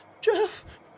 Jeff